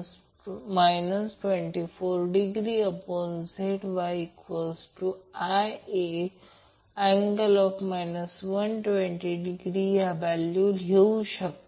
IcVcnZYVan∠ 240°ZYIa∠ 240° या व्हॅल्यू लिहू शकता